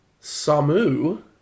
Samu